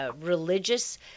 religious